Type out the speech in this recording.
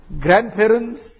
grandparents